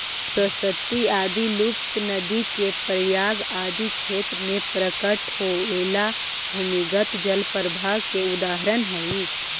सरस्वती आदि लुप्त नदि के प्रयाग आदि क्षेत्र में प्रकट होएला भूमिगत जल प्रवाह के उदाहरण हई